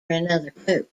another